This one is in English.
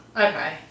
Okay